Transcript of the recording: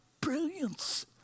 Brilliance